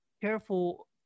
careful